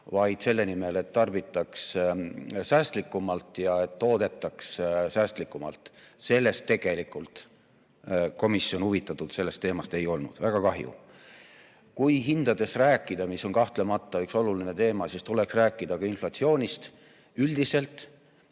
vaid selle nimel, et tarbitaks säästlikumalt ja toodetaks säästlikumalt. Sellest teemast tegelikult komisjon huvitatud ei olnud. Väga kahju! Kui hindadest rääkida, mis on kahtlemata üks oluline teema, siis tuleks rääkida ka inflatsioonist üldiselt.